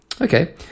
Okay